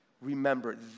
remember